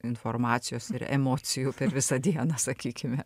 informacijos ir emocijų per visą dieną sakykime